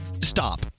Stop